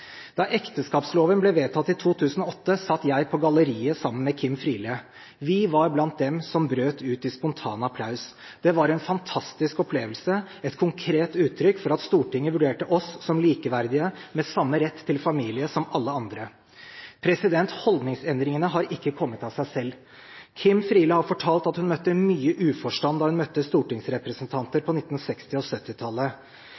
Da ekteskapsloven ble vedtatt i 2008, satt jeg på galleriet sammen med Kim Friele. Vi var blant dem som brøt ut i spontan applaus. Det var en fantastisk opplevelse – et konkret uttrykk for at Stortinget vurderte oss som likeverdige med samme rett til familie som alle andre. Holdningsendringene har ikke kommet av seg selv. Kim Friele har fortalt at hun møtte mye uforstand da hun møtte stortingsrepresentanter